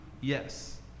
Yes